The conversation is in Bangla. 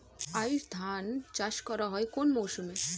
আউশ ধান চাষ করা হয় কোন মরশুমে?